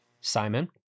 Simon